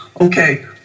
okay